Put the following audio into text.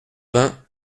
vingt